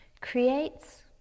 creates